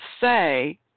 say